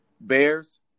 Bears